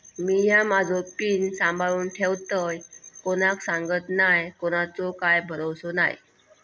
मिया माझो पिन सांभाळुन ठेवतय कोणाक सांगत नाय कोणाचो काय भरवसो नाय